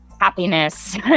happiness